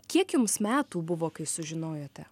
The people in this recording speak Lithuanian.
kiek jums metų buvo kai sužinojote